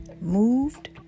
moved